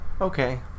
okay